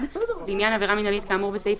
(1)לעניין עבירה מינהלית כאמור בסעיף